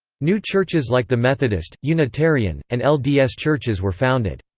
new churches like the methodist, unitarian, and lds churches were founded.